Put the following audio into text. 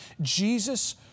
Jesus